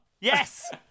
yes